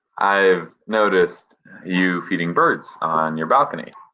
i've noticed you feeding birds on your balcony.